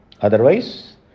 Otherwise